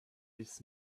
this